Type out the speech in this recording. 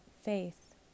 faith